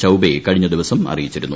ചൌബേ കഴിഞ്ഞദിവസം അറിയിച്ചിരുന്നു